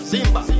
Zimba